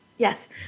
Yes